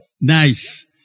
Nice